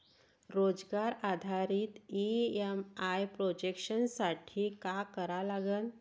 रोजगार आधारित EMI projection साठी का करा लागन?